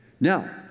Now